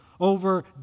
Over